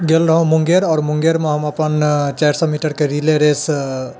गेल रहुॅं मुंगेर आओर मुंगेरमे हम अपन चारि सए मीटरके रिले रेस